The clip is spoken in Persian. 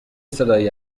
صدایی